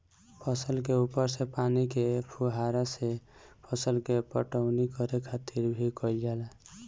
फसल के ऊपर से पानी के फुहारा से फसल के पटवनी करे खातिर भी कईल जाला